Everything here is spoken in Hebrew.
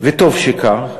וטוב שכך,